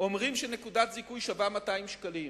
אומרים שנקודת זיכוי שווה 200 שקלים,